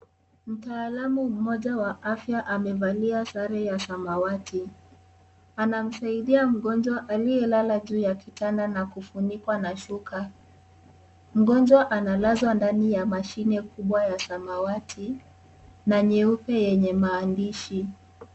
Mtaalamu mmoja wa afia amevalia sare ya samawati, anamsaidi mgonjwa alie lala juu ya kitanda na kufunikwa na shuka. Mgonjwa analazwa ndani ya mashine kubwa ya samawati na nyeupe yenye maandishi.